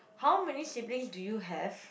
how many siblings do you have